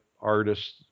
artists